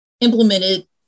implemented